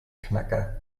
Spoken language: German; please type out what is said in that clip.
knacker